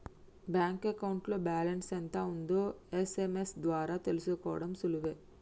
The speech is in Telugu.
బ్యాంక్ అకౌంట్లో బ్యాలెన్స్ ఎంత ఉందో ఎస్.ఎం.ఎస్ ద్వారా తెలుసుకోడం సులువే